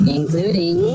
Including